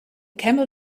camel